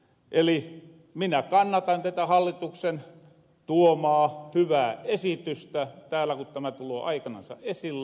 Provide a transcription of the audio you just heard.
eli minä kannatan tätä hallituksen tuomaa hyvää esitystä täällä ku tämä tuloo aikanansa esille